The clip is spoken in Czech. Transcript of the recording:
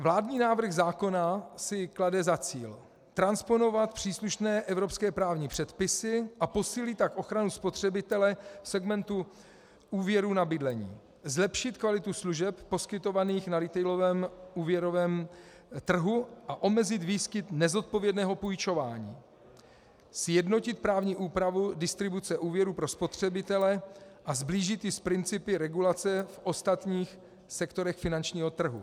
Vládní návrh zákona si klade za cíl transponovat příslušné evropské právní předpisy, a posílit tak ochranu spotřebitele v segmentu úvěrů na bydlení, zlepšit kvalitu služeb poskytovaných na retailovém úvěrovém trhu a omezit výskyt nezodpovědného půjčování, sjednotit právní úpravu distribuce úvěrů pro spotřebitele a sblížit ji s principy regulace v ostatních sektorech finančního trhu.